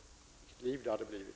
Vilket liv det hade blivit!